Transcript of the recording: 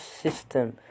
system